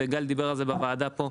וגל דיבר על זה בוועדה פה,